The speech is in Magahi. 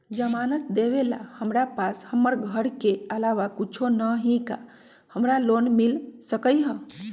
जमानत देवेला हमरा पास हमर घर के अलावा कुछो न ही का हमरा लोन मिल सकई ह?